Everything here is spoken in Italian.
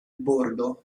bordo